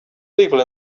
people